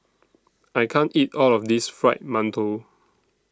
I can't eat All of This Fried mantou